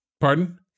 Pardon